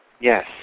Yes